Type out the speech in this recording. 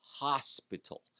hospital